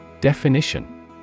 Definition